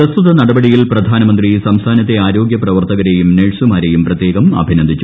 പ്രസ്തുത നടപടിയിൽ പ്രി്ടാനമന്ത്രി സംസ്ഥാനത്തെ ആരോഗ്യപ്രവർത്തകരേയും നഴ്സുമാ്രെയും പ്രത്യേകം അഭിനന്ദിച്ചു